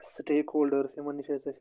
سٹیک ہولڈٲرٕس یِمَن نِش حظ أسۍ